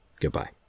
goodbye